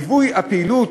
ליווי הפעילות